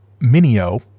minio